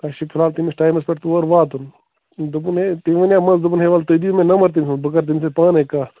اَسہِ چھُ فِلحال تٔمِس ٹایمَس پٮ۪ٹھ تور واتُن دوٚپُن ہے تٔمۍ وَنیٛاو منٛزٕ دوٚپُن ہے وَلہٕ تُہۍ دِیوٗ مےٚ نَمبَر تٔمۍ سُنٛد بہٕ کَرٕ تٔمِس سۭتۍ پانَے کَتھ